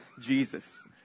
Jesus